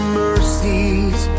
mercies